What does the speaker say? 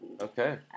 Okay